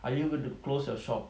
are you going to close your shop